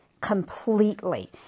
completely